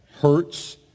hurts